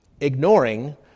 Ignoring